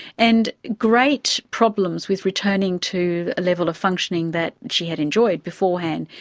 and great problems with returning to a level of functioning that she had enjoyed beforehand,